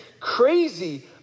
crazy